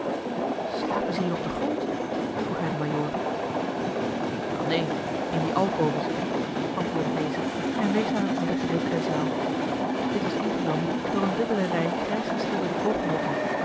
ze hier op den grond vroeg hij den majoor wel neen in die alcoves antwoordde deze en wees naar het middengedeelte der zaal dit was ingenomen door eene dubbele rij